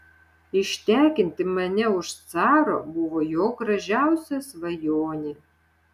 ištekinti mane už caro buvo jo gražiausia svajonė